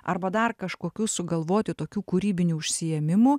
arba dar kažkokių sugalvoti tokių kūrybinių užsiėmimų